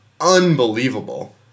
unbelievable